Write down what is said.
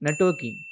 networking